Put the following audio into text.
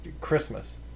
Christmas